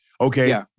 Okay